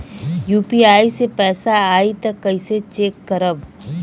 UPI से पैसा आई त कइसे चेक करब?